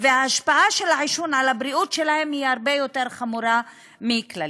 וההשפעה של העישון על הבריאות שלהן היא הרבה יותר חמורה מהכלל.